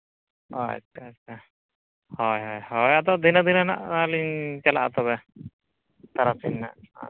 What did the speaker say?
ᱟᱪᱪᱷᱟ ᱟᱪᱪᱷᱟ ᱦᱳᱭ ᱦᱳᱭ ᱟᱫᱚ ᱫᱷᱤᱱᱟᱹᱝ ᱫᱷᱤᱱᱟᱹᱝ ᱦᱟᱸᱜ ᱟᱹᱞᱤᱧ ᱪᱟᱞᱟᱜᱼᱟ ᱛᱚᱵᱮ ᱛᱟᱨᱟᱥᱤᱧ ᱦᱟᱸᱜ